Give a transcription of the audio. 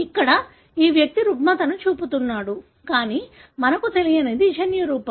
ఇక్కడ ఈ వ్యక్తి రుగ్మతను చూపుతున్నాడు కానీ మనకు తెలియనిది జన్యురూపం